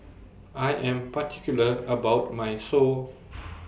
I Am particular about My Pho